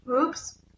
Oops